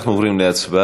אנחנו עוברים להצבעה,